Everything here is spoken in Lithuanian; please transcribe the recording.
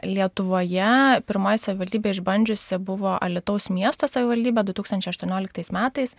lietuvoje pirmoji savivaldybė išbandžiusi buvo alytaus miesto savivaldybė du tūkstančiai aštuonioliktais metais